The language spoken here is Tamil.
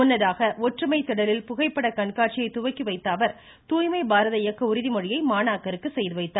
முன்னதாக ஒற்றுமை திடலில் புகைப்பட கண்காட்சியை துவக்கிவைத்த அவர் தூய்மை பாரத இயக்க உறுதிமொழியை மாணாக்கருக்கு செய்து வைத்தார்